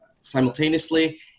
simultaneously